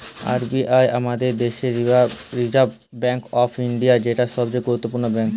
R B I আমাদের দেশের reserve bank of India, যেটা সবচে গুরুত্বপূর্ণ ব্যাঙ্ক